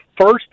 first